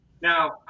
Now